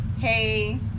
hey